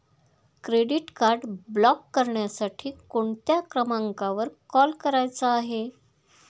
Credit card block करण्यासाठी कोणत्या क्रमांकावर कॉल करायचा आहे?